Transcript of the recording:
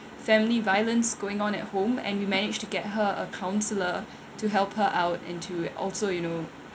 family violence going on at home and we managed to get her a counsellor to help her out and to also you know